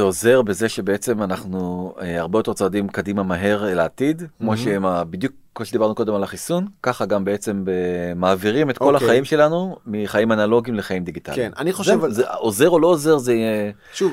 זה עוזר בזה שבעצם אנחנו הרבה יותר צועדים קדימה מהר לעתיד כמו שהם בדיוק כמו שדיברנו קודם על החיסון ככה גם בעצם מעבירים את כל החיים שלנו מחיים אנלוגיים לחיים דיגיטליים אני חושב על זה, עוזר או לא עוזר זה יהיה. (שוב)